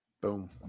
Boom